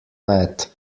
mat